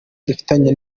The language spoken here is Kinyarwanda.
dufitanye